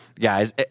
guys